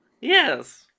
Yes